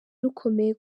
rukomeye